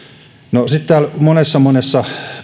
sitten täällä monessa monessa